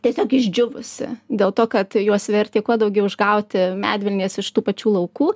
tiesiog išdžiūvusi dėl to kad juos vertė kuo daugiau išgauti medvilnės iš tų pačių laukų